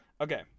Okay